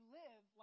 live